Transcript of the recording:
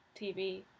TV